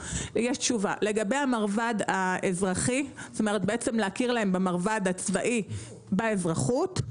לגבי המרב"ד האזרחי להכיר להם במרב"ד הצבאי באזרחות,